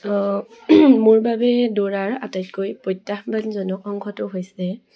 মোৰ বাবে সেই দৌৰাৰ আটাইতকৈ প্ৰত্যাহ্বানজনক অংশটো হৈছে